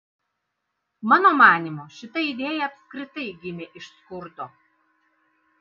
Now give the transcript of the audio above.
mano manymu šita idėja apskritai gimė iš skurdo